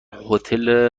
هتل